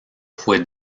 fue